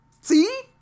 See